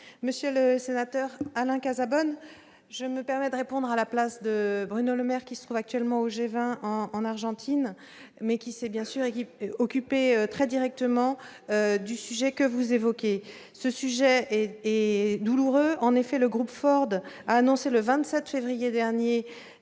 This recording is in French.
Monsieur le sénateur Alain Cazabonne, je répondrai à la place de Bruno Le Maire, qui participe actuellement au G20 en Argentine, mais s'est bien sûr personnellement occupé du sujet que vous évoquez. Ce sujet est douloureux. En effet, le groupe Ford a annoncé le 27 février dernier